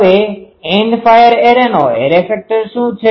હવે end fire એરેનો array factor શું છે